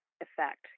effect